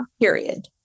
Period